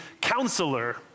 counselor